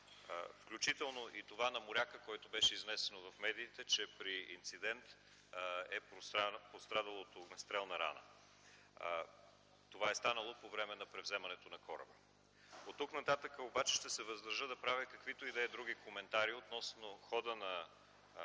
включително и това на моряка, случаят с който беше изнесен от медиите, че при инцидент е пострадал и е с огнестрелна рана. Това е станало по време на превземането на кораба. Оттук-нататък обаче ще се въздържа да правя каквито и да е други коментари относно хода на